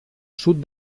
sud